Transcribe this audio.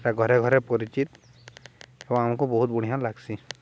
ସେଟା ଘରେ ଘରେ ପରିଚିତ ଏବଂ ଆମକୁ ବହୁତ ବଢ଼ିଆ ଲାଗ୍ସି